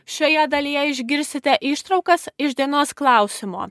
šioje dalyje išgirsite ištraukas iš dienos klausimo